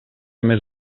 més